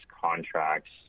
contracts